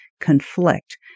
conflict